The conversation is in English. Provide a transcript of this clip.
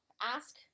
ask